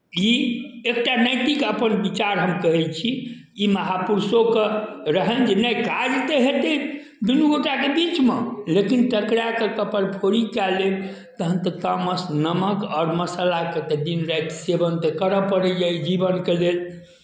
ई एकटा नैतिक अपन विचार हम कहै छी ई महापुरुषोके रहनि जे नहि काज तऽ हेतै दुनू गोटाके बीचमे लेकिन टकराए कऽ कपरफोड़ी कए लेब तहन तऽ तामस नमक आओर मसालाके तऽ दिन राति सेवन तऽ करय पड़ैए एहि जीवनके लेल